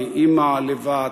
מאימא לבת,